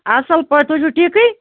اَصٕل پٲٹھۍ تُہۍ چھُو ٹھیٖکٕے